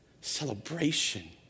celebration